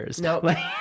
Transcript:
No